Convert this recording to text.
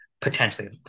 Potentially